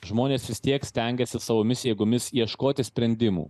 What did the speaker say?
žmonės vis tiek stengiasi savomis jėgomis ieškoti sprendimų